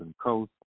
coast